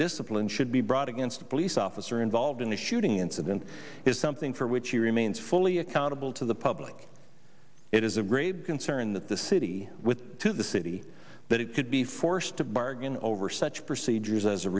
discipline should be brought against the police officer involved in the shooting incident is something for which he remains fully accountable to the public it is of grave concern that the city with the city that it could be forced to bargain over such procedures as a